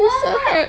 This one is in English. feel so hurt